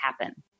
happen